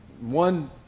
one